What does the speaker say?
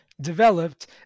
developed